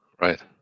Right